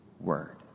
word